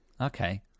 Okay